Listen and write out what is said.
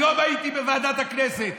היום הייתי בוועדת הכנסת